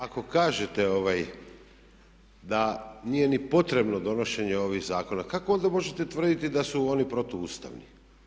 Ako kažete da nije ni potrebno donošenje ovih zakona kako onda možete tvrditi da su oni protuustavni?